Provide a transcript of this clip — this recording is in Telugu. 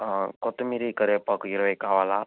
కొత్తిమీరి కరివేపాకు ఇరవై కావాలి